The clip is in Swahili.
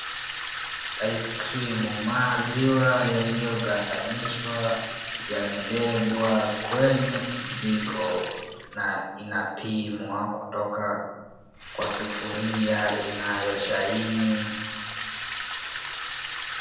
Aiskrimu maziwa yaliyogandanishwa yamebebwa kwenye kijiko na inapimwa kutoka kwa sufuria inayo shine .